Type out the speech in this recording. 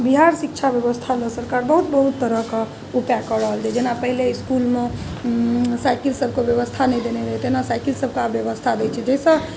बिहार शिक्षा बेबस्थामे सरकार बहुत बहुत तरहके उपाय कऽ रहलै जेना पहिले इसकुलमे साइकिल सबके बेबस्था नहि देने रहै तहिना साइकिल सबके आब बेबस्था दै छै जाहिसँ